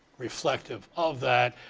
reflective of that.